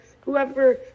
whoever